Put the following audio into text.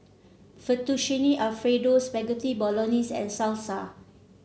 Fettuccine Alfredo Spaghetti Bolognese and Salsa